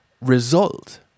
result